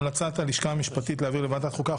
המלצת הלשכה המשפטית היא להעביר לוועדת החוקה,